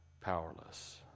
powerless